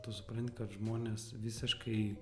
tu supranti kad žmonės visiškai